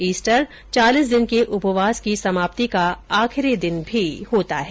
Easter चालीस दिन के उपवास की समाप्ति का आखिरी दिन भी होता है